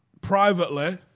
privately